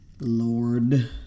Lord